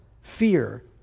fear